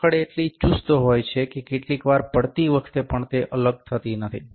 પકડ એટલી ચુસ્ત હોય છે કે કેટલીક વાર પડતી વખતે પણ તે અલગ થતી નથી